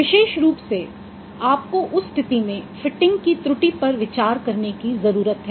विशेष रूप से आपको उस स्थिति में फिटिंग की त्रुटि पर विचार करने की जरूरत है